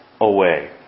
away